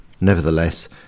Nevertheless